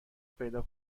پیدا